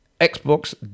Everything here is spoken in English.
Xbox